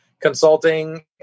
consulting